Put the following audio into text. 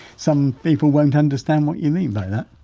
some people won't understand what you mean by that